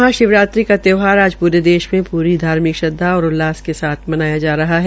महाशिवरात्रि का त्यौहरा आज पूरे देश में पूरी धार्मिक श्रद्वा और उल्लास के साथ मनाया जा रहा है